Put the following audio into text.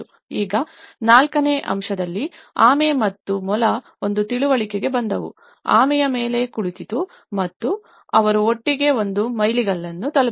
ಈಗ ನಾಲ್ಕನೇ ಅಂಶದಲ್ಲಿ ಆಮೆ ಮತ್ತು ಮೊಲ ಒಂದು ತಿಳುವಳಿಕೆಗೆ ಬಂದವು ಆಮೆಯ ಮೇಲೆ ಕುಳಿತಿತು ಮತ್ತು ಅವರು ಒಟ್ಟಿಗೆ ಒಂದು ಮೈಲಿಗಲ್ಲನ್ನು ತಲುಪಿದರು